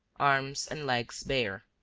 arms, and legs bare.